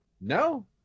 No